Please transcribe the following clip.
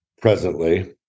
presently